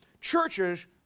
churches